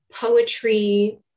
poetry